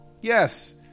Yes